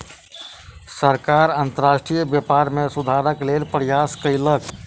सरकार अंतर्राष्ट्रीय व्यापार में सुधारक लेल प्रयास कयलक